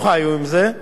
אך יחד עם זה